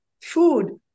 food